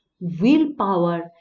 willpower